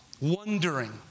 wondering